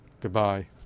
Goodbye